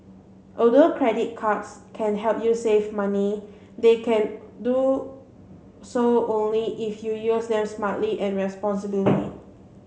although credit cards can help you save money they can do so only if you use them smartly and responsibly